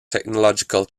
technological